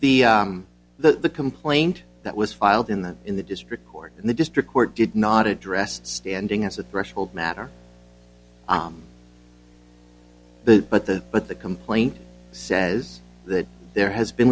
excuse me the the complaint that was filed in the in the district court and the district court did not address standing as a threshold matter but but the but the complaint says that there has been